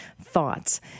thoughts